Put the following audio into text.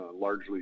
largely